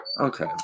Okay